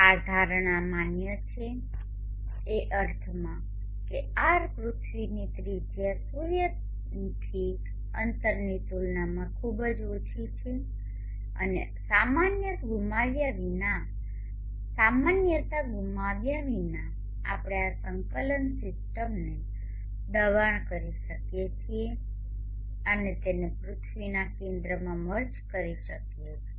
આ ધારણા માન્ય છે એ અર્થમાં કે r પૃથ્વીની ત્રિજ્યા સૂર્યથી અંતરની તુલનામાં ખૂબ ઓછી છે અને સામાન્યતા ગુમાવ્યા વિના આપણે આ સંકલન સીસ્ટમને દબાણ કરી શકીએ છીએ અને તેને પૃથ્વીના કેન્દ્રમાં મર્જ કરી શકીએ છીએ